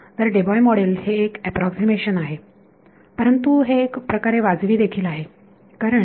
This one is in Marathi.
तर डेबाय मॉडेल हे एक अॅप्रॉक्सीमेशन आहे परंतु हे एक प्रकारे वाजवी देखील आहे कारण